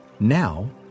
now